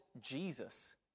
Jesus